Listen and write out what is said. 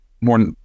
more